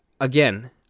again